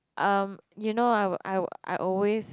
um you know I would I I always